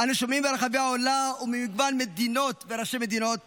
אנו שומעים מרחבי העולם וממגוון מדינות וראשי מדינות